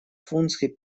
функций